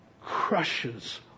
crushes